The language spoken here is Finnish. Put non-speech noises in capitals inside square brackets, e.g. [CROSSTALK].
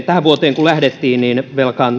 [UNINTELLIGIBLE] tähän vuoteen kun lähdettiin niin